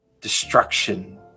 destruction